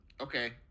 okay